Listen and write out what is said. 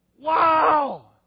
Wow